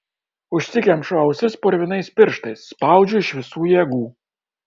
užsikemšu ausis purvinais pirštais spaudžiu iš visų jėgų